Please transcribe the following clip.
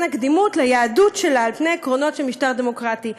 הקדימות ליהדות שלה על פני עקרונות של משטר דמוקרטי,